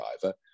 driver